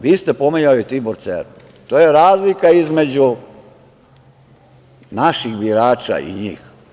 Vi ste pominjali Tibor Cernu, to je razlika između naših birača i njih.